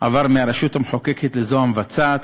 עבר מהרשות המחוקקת לזו המבצעת,